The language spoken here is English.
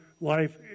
life